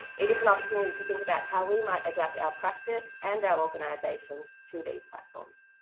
it is an opportunity to think about how we might adapt our practice and our organisations to these platforms.